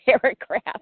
paragraph